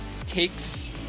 takes